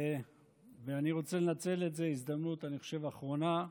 אני רוצה לנצל הזדמנות, אני חושב אחרונה,